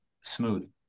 smooth